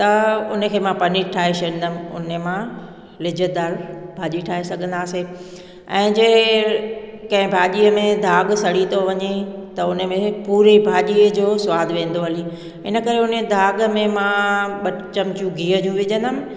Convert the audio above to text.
त उन खे मां पनीर ठाहे छॾींदमि उन मां लिज़तदार भाॼी ठाहे सघंदासीं ऐं जे कंहिं भाॼीअ में दाॻ सड़ी थो वञे त उन में पूरी भाॼीअ जो सवादु वेंदो हली इन करे उन दाॻ में मां ॿ चमिचूं गिह जूं विझंदमि